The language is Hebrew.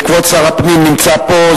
וכבוד שר הפנים נמצא פה,